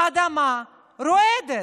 האדמה רועדת.